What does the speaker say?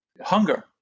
hunger